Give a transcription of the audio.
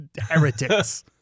heretics